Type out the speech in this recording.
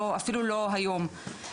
אפילו לא היום.